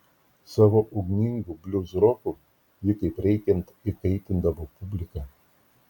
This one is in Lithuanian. savo ugningu bliuzroku ji kaip reikiant įkaitindavo publiką